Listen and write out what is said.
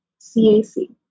CAC